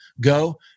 go